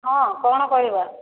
ହଁ କ'ଣ କରିବା